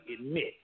admit